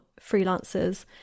freelancers